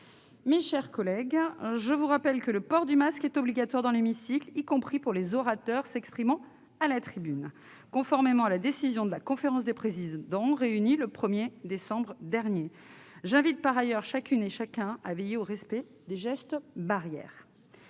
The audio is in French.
Mes chers collègues, je vous rappelle que le port du masque est obligatoire dans l'hémicycle, y compris pour les orateurs qui s'expriment à la tribune, conformément à la décision de la conférence des présidents, réunie le 1 décembre dernier. J'invite par ailleurs chacune et chacun à veiller au respect des gestes barrières.